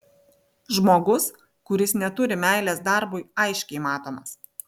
žmogus kuris neturi meilės darbui aiškiai matomas